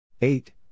Eight